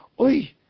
Oi